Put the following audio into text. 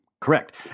correct